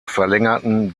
verlängerten